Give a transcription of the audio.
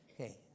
Okay